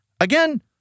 again